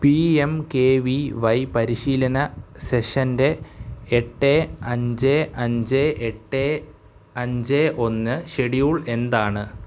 P M K V Y പരിശീലന സെഷൻ്റെ എട്ട് അഞ്ച് അഞ്ച് എട്ട് അഞ്ച് ഒന്ന് ഷെഡ്യൂൾ എന്താണ്